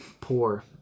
Poor